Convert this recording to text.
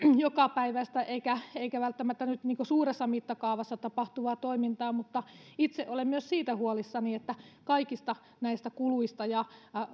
jokapäiväistä eikä välttämättä suuressa mittakaavassa tapahtuvaa toimintaa mutta itse olen myös siitä huolissani että kaikista näistä kuluista ja